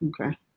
Okay